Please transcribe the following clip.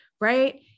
right